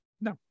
no